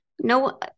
no